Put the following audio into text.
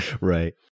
Right